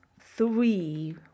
three